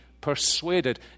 persuaded